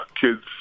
kids